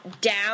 down